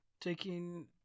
Taking